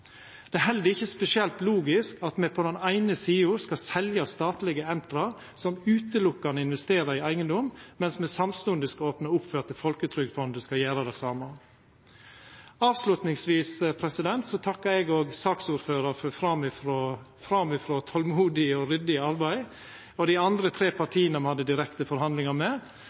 det. Det er heller ikkje spesielt logisk at me på den eine sida skal selja statlege Entra, som utelukkande investerer i eigedom, medan me samstundes skal opna opp for at Folketrygdfondet skal gjera det same. Avslutningsvis takkar også eg saksordføraren for framifrå tolmodig og ryddig arbeid og dei andre tre partia me hadde direkte forhandling med,